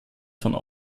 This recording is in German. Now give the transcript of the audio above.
von